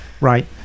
Right